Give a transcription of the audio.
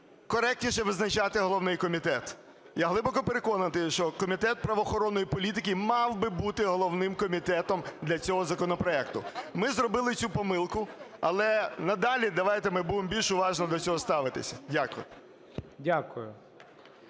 коректніше визначати головний комітет. Я глибоко переконаний, що Комітет правоохоронної політики мав би бути головним комітетом для цього законопроекту. Ми зробили цю помилку. Але надалі давайте ми будемо більш уважно до цього ставитись. Дякую.